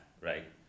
right